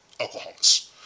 Oklahoma's